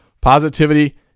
Positivity